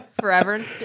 forever